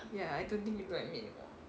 ya I don't think you look like me anymore